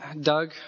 doug